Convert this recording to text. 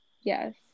Yes